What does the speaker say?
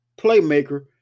playmaker